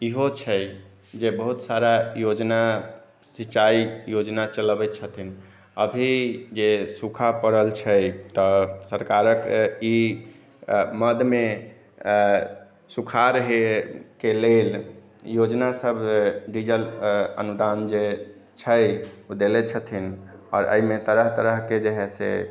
इहो छै जे बहुत सारा योजना सिचाई योजना चलबै छथिन अभी जे सूखा पड़ल छै तऽ सरकारक ई मद मे सूखार ही के लेल योजना सब डीजल अनुदान जे छै ओ देले छथिन आओर एहिमे तरह तरह के जे है से